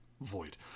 void